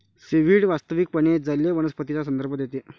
seaweed वास्तविकपणे जलीय वनस्पतींचा संदर्भ देते